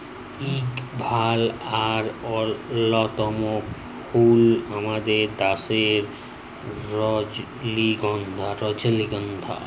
ইক ভাল আর অল্যতম ফুল আমাদের দ্যাশের রজলিগল্ধা